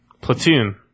Platoon